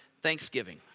thanksgiving